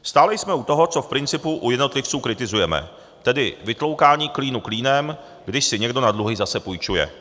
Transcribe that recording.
Stále jsme u toho, co v principu u jednotlivců kritizujeme, tedy vytloukání klínu klínem, když si někdo na dluhy zase půjčuje.